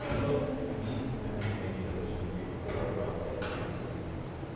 look i need to finish making this movie before i drop dead in twenty minutes.